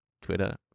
Twitter